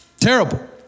Terrible